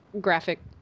graphic